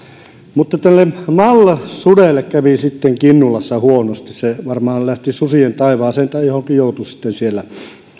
tälle malla sudelle kävi sitten kinnulassa huonosti se varmaan lähti susien taivaaseen tai johonkin joutui sitten sieltä